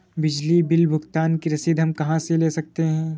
बिजली बिल भुगतान की रसीद हम कहां से ले सकते हैं?